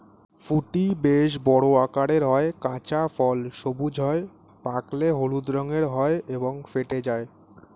ফুটি বেশ বড় আকারের হয়, কাঁচা ফল সবুজ হয়, পাকলে হলুদ রঙের হয় এবং ফেটে যায়